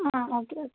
ആ okay okay